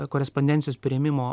korespondencijos priėmimo